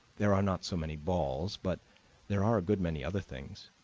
there are not so many balls, but there are a good many other things.